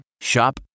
Shop